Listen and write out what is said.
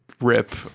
rip